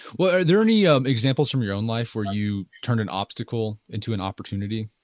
well, are there any um examples from your own life where you turned an obstacle into an opportunity?